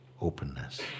openness